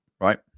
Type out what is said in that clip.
right